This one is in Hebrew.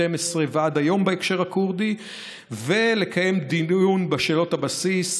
2012 ועד היום בהקשר הכורדי ולקיים דיון בשאלות הבסיס,